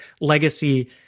legacy